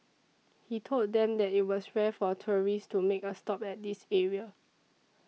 he told them that it was rare for tourists to make a stop at this area